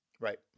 Right